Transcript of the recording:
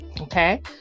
okay